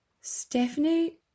Stephanie